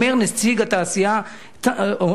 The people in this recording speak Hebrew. אומר נציג תע"ש בוועדה.